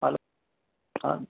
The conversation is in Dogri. हैलो डफआथथध़ आं